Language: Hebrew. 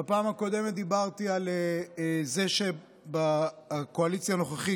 אני בפעם הקודמת דיברתי על זה שבקואליציה הנוכחית,